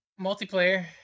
multiplayer